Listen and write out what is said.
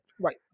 Right